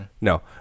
no